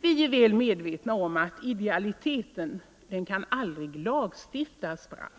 Vi är väl medvetna om att idealiteten aldrig kan lagstiftas fram.